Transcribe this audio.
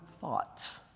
thoughts